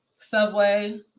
subway